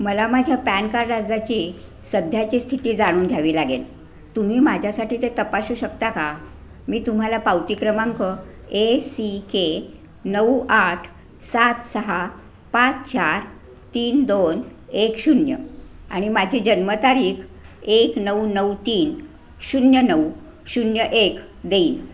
मला माझ्या PAN card अर्जाची सध्याची स्थिती जाणून घ्यावी लागेल तुम्ही माझ्यासाठी ते तपासू शकता का मी तुम्हाला पावती क्रमांक ए सी के नऊ आठ सात सहा पाच चार तीन दोन एक शून्य आणि माझी जन्मतारीख एक नऊ नऊ तीन शून्य नऊ शून्य एक देईन